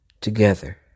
together